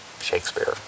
Shakespeare